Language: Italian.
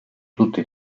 tutti